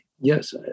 Yes